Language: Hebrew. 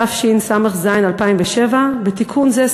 התשס"ז 2007. בתיקון זה,